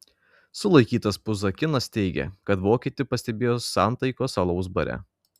sulaikytas puzakinas teigė kad vokietį pastebėjo santaikos alaus bare